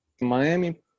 Miami